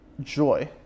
joy